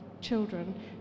children